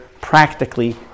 practically